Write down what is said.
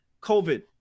COVID